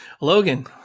Logan